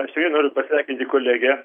aš tikrai noriu pasveikinti kolegę